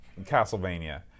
Castlevania